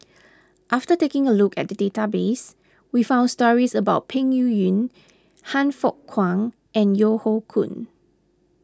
after taking a look at the database we found stories about Peng Yuyun Han Fook Kwang and Yeo Hoe Koon